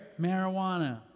marijuana